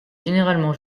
généralement